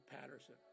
Patterson